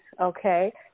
okay